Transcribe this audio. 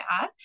add